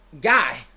Guy